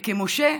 וכמשה,